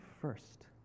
first